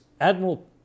Admiral